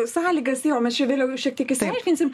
sąlygas jo mes čia vėliau šiek tiek išsiaiškinsim